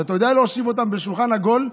אתה יודע להושיב אותם בשולחן עגול,